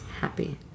happy